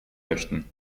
möchten